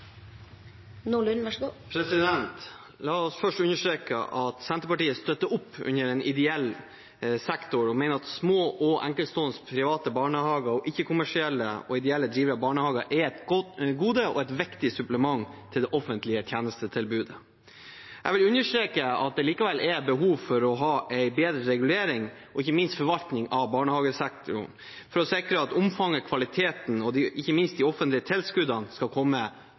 La meg først understreke at Senterpartiet støtter opp under den ideelle sektor, og mener at små og enkeltstående private barnehager og ikke-kommersielle og ideelt drevne barnehager er et gode og et viktig supplement til det offentlige tjenestetilbudet. Jeg vil understreke at det likevel er behov for å ha en bedre regulering og ikke minst forvaltning av barnehagesektoren, for å sikre omfang, kvalitet og ikke minst at de offentlige tilskuddene skal komme